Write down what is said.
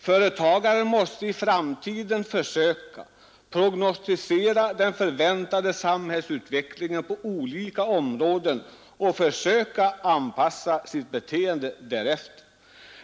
Företagaren måste i framtiden försöka prognosticera den förväntade samhällsutvecklingen på olika områden och försöka anpassa sitt beteende därefter.